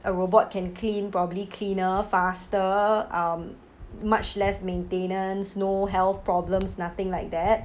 a robot can clean probably cleaner faster um much less maintenance no health problems nothing like that